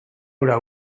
hura